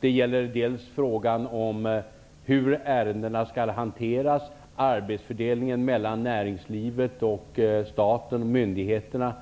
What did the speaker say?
Det gäller frågan om hur ärendena skall hanteras liksom arbetsfördelningen mellan näringslivet och staten och myndigheterna.